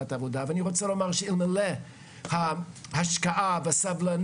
את העבודה ואני רוצה לומר שאלמלא ההשקעה והסבלנות